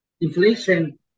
Inflation